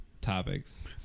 topics